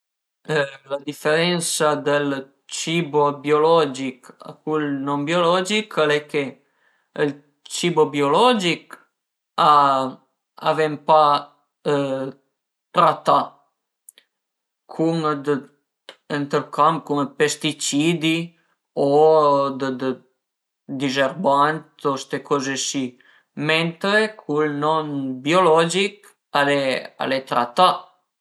La diferensa dël cibo biologich a cul non biologich al e che ël cibo biologich a ven pa tratà cun ënt ël camp cun dë pesticidi o dë dizerbant o sta coze si mentre cul non biologich al e tratà